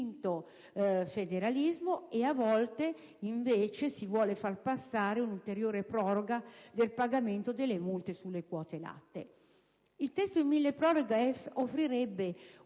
federalismo - e una volta, invece, sul far passare un'ulteriore proroga del pagamento delle multe sulle quote latte. Il testo del milleproroghe offrirebbe